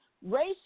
Race